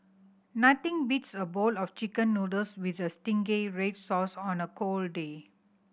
nothing beats a bowl of Chicken Noodles with a zingy red sauce on a cold day